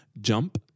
JUMP